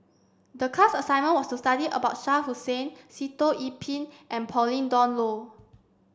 the class assignment was to study about Shah Hussain Sitoh Yih Pin and Pauline Dawn Loh